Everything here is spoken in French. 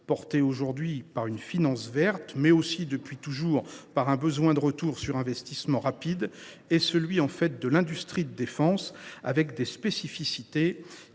portée aujourd’hui par la finance verte, mais aussi, depuis toujours, par un besoin de retour sur investissement rapide ; d’autre part, l’industrie de défense, avec des spécificités